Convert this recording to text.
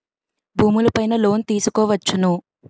భూములు పైన లోన్ తీసుకోవచ్చును